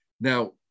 Now